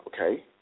okay